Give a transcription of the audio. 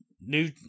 new